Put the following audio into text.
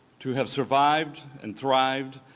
to have survived and thrived,